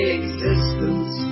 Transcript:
existence